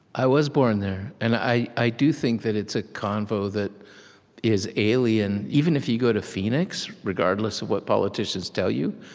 i was born there. and i i do think that it's a convo that is alien. even if you go to phoenix, regardless of what politicians tell you,